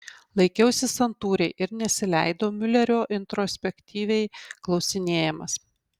laikiausi santūriai ir nesileidau miulerio introspektyviai klausinėjamas